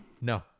No